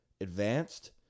Advanced